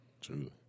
True